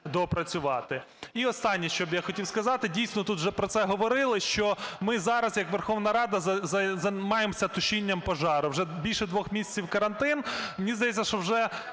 доопрацювати. І останнє, що б я хотів сказати. Дійсно, тут вже про це говорили, що ми зараз як Верховна Рада займаємося тушінням пожару. Вже більше 2 місяців карантин. Мені здається, що вже